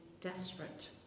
desperate